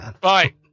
Bye